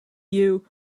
you